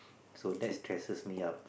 so that stresses me up